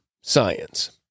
science